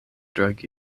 drug